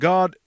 God